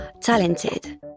talented